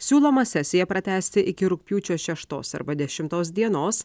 siūloma sesiją pratęsti iki rugpjūčio šeštos arba dešimtos dienos